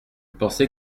pensais